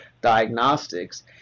diagnostics